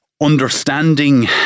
understanding